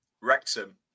Wrexham